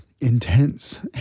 intense